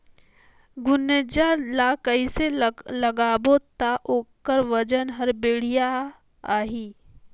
गुनजा ला कइसे लगाबो ता ओकर वजन हर बेडिया आही?